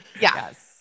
Yes